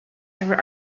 server